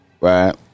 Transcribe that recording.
Right